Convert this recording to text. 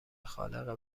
خالق